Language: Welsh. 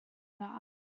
dda